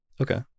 Okay